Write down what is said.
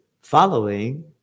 following